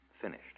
finished